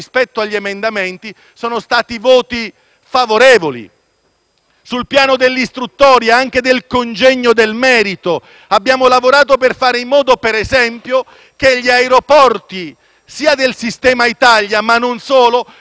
Sul piano dell'istruttoria e anche del merito, abbiamo lavorato per fare in modo, per esempio, che gli aeroporti del sistema Italia, ma non solo, non venissero bloccati da Brexit perché non è giusto